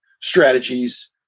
strategies